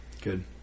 good